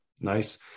Nice